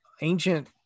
ancient